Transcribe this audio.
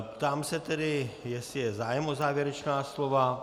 Ptám se tedy, jestli je zájem o závěrečná slova.